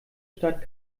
stadt